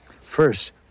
First